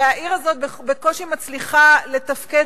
הרי העיר הזאת בקושי מצליחה לתפקד